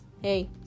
Hey